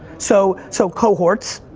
so so cohorts.